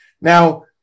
Now